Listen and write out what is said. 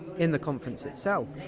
in the conference itself,